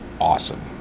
Awesome